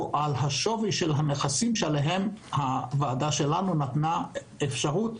שווי הנכסים שהוועדה שלנו נתנה אפשרות